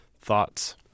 Thoughts